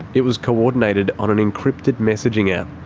it was coordinated on an encrypted messaging app,